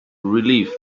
relieved